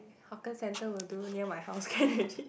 hawker center will do near my house can already